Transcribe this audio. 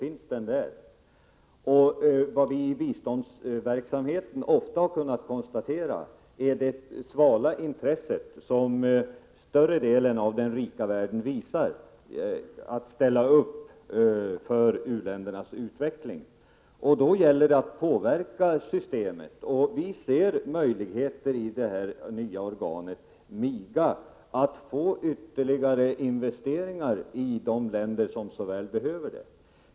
I biståndsverksamheten har vi ofta kunnat konstatera det svala intresse som större delen av den rika världen visar för att ställa upp för u-ländernas utveckling. Det gäller då att påverka systemet. Vi ser möjligheter att genom det nya organet MIGA göra ytterligare investeringar i de länder som så väl behöver det.